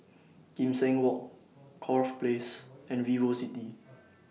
Kim Seng Walk Corfe Place and Vivocity